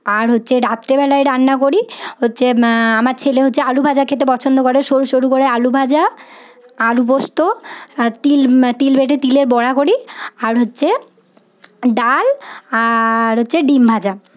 আর হচ্ছে রাত্রেবেলায় রান্না করি হচ্ছে আমার ছেলে হচ্ছে আলু ভাজা খেতে পছন্দ করে সরু সরু করে আলু ভাজা আলু পোস্ত আর তিল তিল বেটে তিলের বড়া করি আর হচ্ছে ডাল আর হচ্ছে ডিম ভাজা